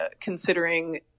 considering